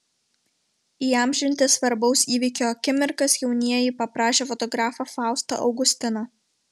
įamžinti svarbaus įvykio akimirkas jaunieji paprašė fotografą faustą augustiną